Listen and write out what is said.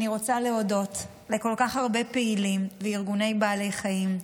אני רוצה להודות לכל כך הרבה פעילים בארגוני בעלי החיים,